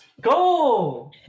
go